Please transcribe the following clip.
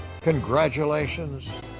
Congratulations